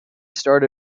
start